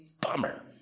Bummer